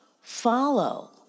follow